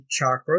chakras